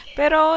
pero